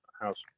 House